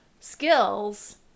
skills